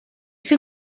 fait